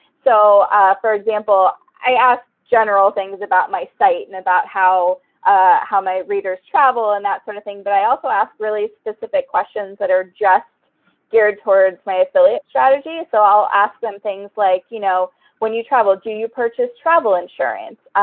so for example, i asked general things about my site and about how ah how my readers travel and that sort of thing. but i also asked really specific questions that are just geared towards my affiliate strategy. so i'll ask them things like, you know when you travel, do you purchase travel insurance?